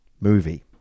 movie